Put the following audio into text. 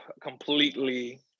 completely